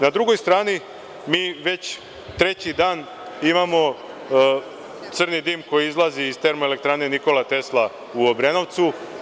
Na drugoj strani mi već treći dan imamo crni dim koji izlazi iz Termoelektrane „Nikola Tesla“ u Obrenovcu.